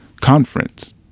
Conference